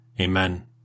Amen